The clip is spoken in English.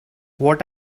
what